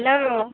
hello